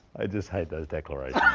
i just hate those declarations.